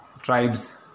tribes